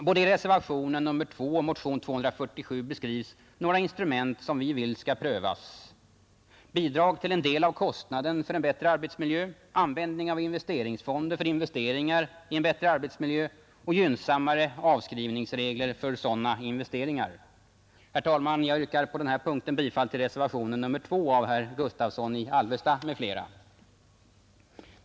Både i reservationen 2 och i motionen 247 beskrivs några instrument som vi vill skall prövas: bidrag till en del av kostnaden för en bättre arbetsmiljö, användning av investeringsfonderna för investeringar i en bättre arbetsmiljö och gynnsammare avskrivningsregler för sådana investeringar. Herr talman! Jag yrkar på den här punkten bifall till reservationen 2 av herr Gustavsson i Alvesta m.fl.